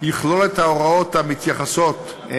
יכלול את ההוראות המתייחסות לסמכויות,